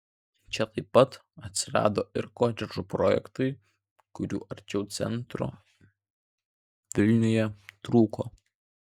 čia taip pat atsirado ir kotedžų projektai kurių arčiau centro vilniuje trūko